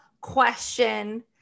question